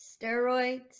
steroids